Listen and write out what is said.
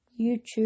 YouTube